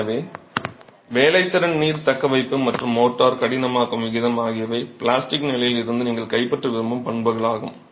எனவே வேலைத்திறன் நீர் தக்கவைப்பு மற்றும் மோர்டார் கடினமாக்கும் விகிதம் ஆகியவை பிளாஸ்டிக் நிலையில் இருந்து நீங்கள் கைப்பற்ற விரும்பும் பண்புகளாகும்